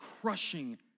crushing